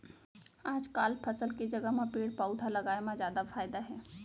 आजकाल फसल के जघा म पेड़ पउधा लगाए म जादा फायदा हे